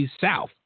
South